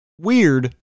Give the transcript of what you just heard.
weird